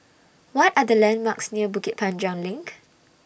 What Are The landmarks near Bukit Panjang LINK